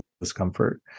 discomfort